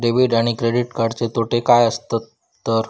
Debit आणि credit कार्डचे तोटे काय आसत तर?